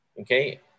okay